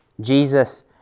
Jesus